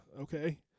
Okay